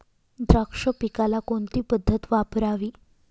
द्राक्ष पिकाला कोणती पद्धत वापरावी?